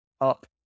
up